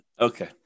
Okay